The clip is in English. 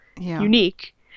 unique